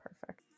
Perfect